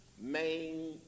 main